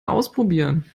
ausprobieren